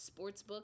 sportsbook